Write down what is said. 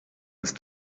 ist